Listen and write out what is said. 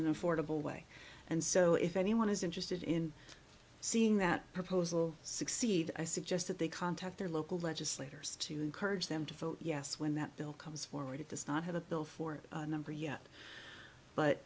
an affordable way and so if anyone is interested in seeing that proposal succeed i suggest that they contact their local legislators to encourage them to vote yes when that bill comes forward it does not have a bill for a number yet but